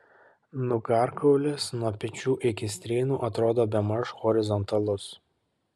nugarkaulis nuo pečių iki strėnų atrodo bemaž horizontalus